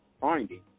finding